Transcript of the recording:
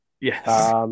Yes